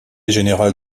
générale